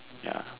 ya